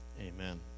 Amen